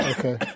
Okay